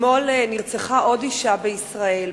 אתמול נרצחה עוד אשה בישראל.